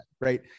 right